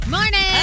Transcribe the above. Morning